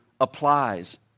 applies